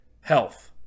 health